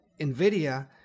NVIDIA